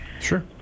Sure